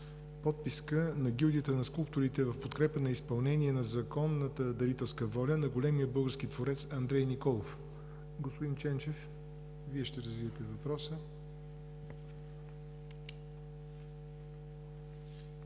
подписка на гилдията на скулптурите в подкрепа на изпълнение на законната дарителска воля на големия български творец Андрей Николов. Господин Ченчев, Вие ще развиете въпроса.